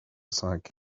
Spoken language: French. cinq